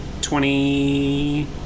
twenty